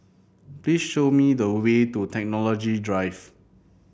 please show me the way to Technology Drive